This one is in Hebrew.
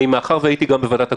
מאחר שהייתי גם בוועדת הקורונה,